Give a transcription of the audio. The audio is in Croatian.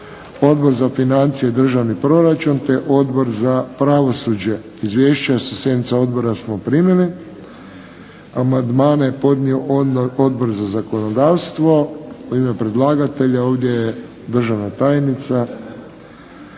Odbor za financije i državni proračun te Odbor za pravosuđe. Izvješća sa sjednica odbora smo primili. Amandmane je podnio Odbor za zakonodavstvo. U ime predlagatelja ovdje je državna tajnica,